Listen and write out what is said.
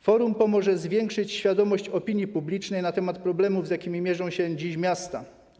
Forum pomoże zwiększyć świadomość opinii publicznej na temat problemów, z jakimi mierzą się dziś miasta.